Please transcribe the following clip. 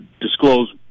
disclose